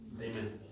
Amen